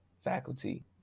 faculty